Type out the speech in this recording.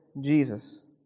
Jesus